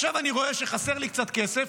עכשיו אני רואה שחסר לי קצת כסף,